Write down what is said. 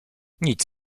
nic